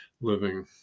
living